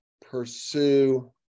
pursue